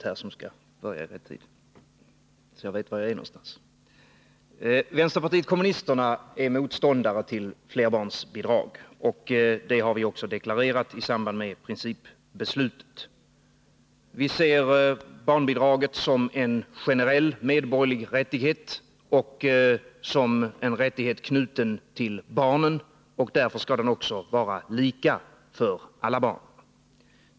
Herr talman! Vänsterpartiet kommunisterna är motståndare till flerbarnsbidrag, och det har vi också deklarerat i samband med principbeslutet. Vi ser barnbidraget som en generell medborgerlig rättighet, knuten till barnen, och därför skall det också vara lika för alla barn.